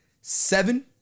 seven